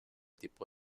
tipo